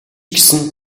гэсэн